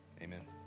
amen